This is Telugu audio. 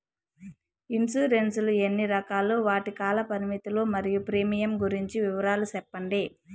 ఇన్సూరెన్సు లు ఎన్ని రకాలు? వాటి కాల పరిమితులు మరియు ప్రీమియం గురించి వివరాలు సెప్పండి?